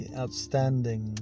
outstanding